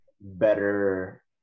better